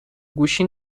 گوشی